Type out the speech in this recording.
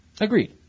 Agreed